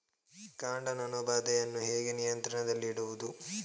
ಕಾಂಡ ನೊಣ ಬಾಧೆಯನ್ನು ಹೇಗೆ ನಿಯಂತ್ರಣದಲ್ಲಿಡುವುದು?